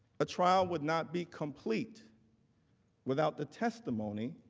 a trial would not be complete without the testimony